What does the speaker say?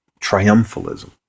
triumphalism